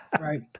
right